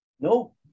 No